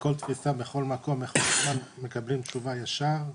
וכל תפיסה בכל מקום אנחנו מקבלים עדכון ישר.